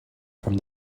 from